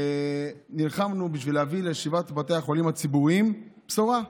נלחמנו בשביל להביא לשבעת בתי החולים הציבוריים בשורה.